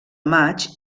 maig